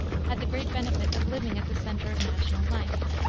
had the great benefit of living at the center of national life,